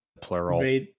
plural